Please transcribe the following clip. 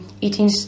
eating